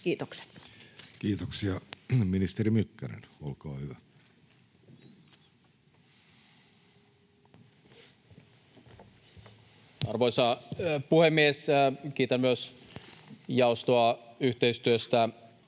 Kiitokset. Kiitoksia. — Ministeri Mykkänen, olkaa hyvä. Arvoisa puhemies! Kiitän myös jaostoa yhteistyöstä